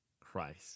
Christ